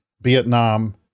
Vietnam